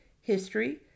history